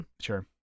sure